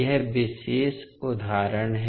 यह विशेष उदाहरण है